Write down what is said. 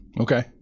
Okay